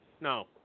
No